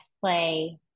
play